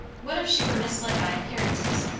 what if she were misled by appearances,